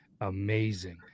amazing